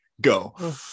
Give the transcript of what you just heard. Go